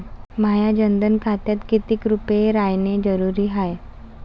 माह्या जनधन खात्यात कितीक रूपे रायने जरुरी हाय?